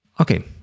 Okay